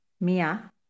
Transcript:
Mia